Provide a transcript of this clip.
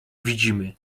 widzimy